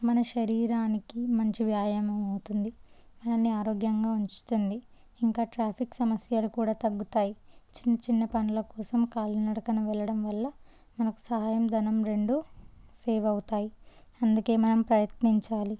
మన శరీరానికి మంచి వ్యాయామం అవుతుంది మనల్ని ఆరోగ్యంగా ఉంచుతుంది ఇంకా ట్రాఫిక్ సమస్యలు కూడా తగ్గుతాయి చిన్న చిన్న పనుల కోసం కాలినడకన వెళ్ళడం వల్ల మనకు సమయం ధనం రెండు సేవ్ అవుతాయి అందుకే మనం ప్రయత్నించాలి